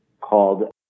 called